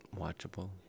watchable